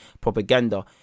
Propaganda